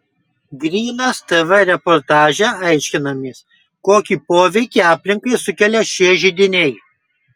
grynas tv reportaže aiškinamės kokį poveikį aplinkai sukelia šie židiniai